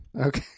Okay